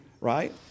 Right